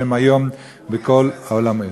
שהם היום בכל העולם היהודי.